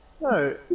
No